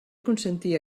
consentia